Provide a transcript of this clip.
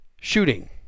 shooting